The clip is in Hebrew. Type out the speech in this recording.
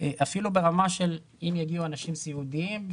אפילו ברמה של אם יגיעו אנשים סיעודיים,